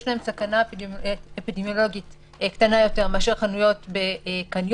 יש להם סכנה אפידמיולוגית קטנה יותר מחנויות בקניון,